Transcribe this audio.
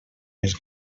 més